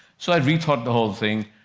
so i rethought the whole thing,